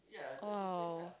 !wow!